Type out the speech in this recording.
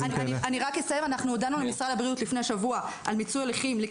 אנחנו הודענו למשרד הבריאות לפני שבוע